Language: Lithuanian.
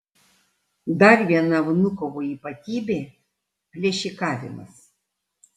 dar viena vnukovo ypatybė plėšikavimas